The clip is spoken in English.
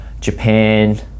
Japan